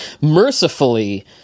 mercifully